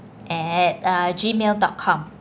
at uh G mail dot com